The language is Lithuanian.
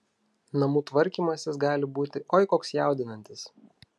namų tvarkymasis gali būti oi koks jaudinantis